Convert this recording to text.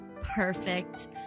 Perfect